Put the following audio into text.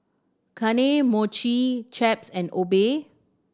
Kane Mochi Chaps and Obey